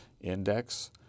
index